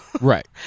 Right